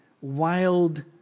wild